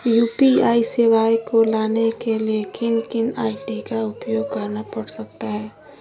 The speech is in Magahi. यू.पी.आई सेवाएं को लाने के लिए किन किन आई.डी का उपयोग करना पड़ सकता है?